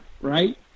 right